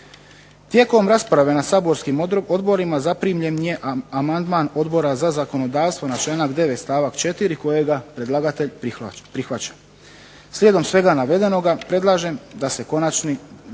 Tijekom rasprave na saborskim odborima zaprimljen je amandman Odbora za zakonodavstvo na članak 9. stavak 4. kojega predlagatelj prihvaća. Slijedom svega navedenoga predlažem da se konačni, Vlada